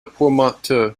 portmanteau